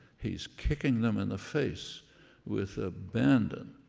he's kicking them in the face with abandon.